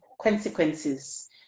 consequences